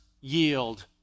yield